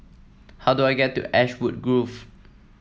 how do I get to Ashwood Grove